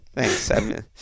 Thanks